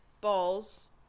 balls